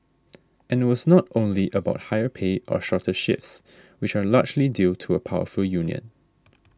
and it was not only about higher pay and shorter shifts which are largely due to a powerful union